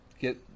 get